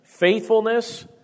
faithfulness